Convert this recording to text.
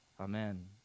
Amen